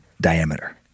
diameter